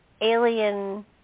alien